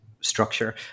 structure